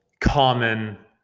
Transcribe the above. common